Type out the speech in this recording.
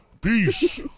Peace